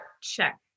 Check